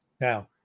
Now